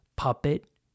puppet